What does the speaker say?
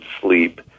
sleep